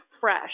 fresh